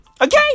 Okay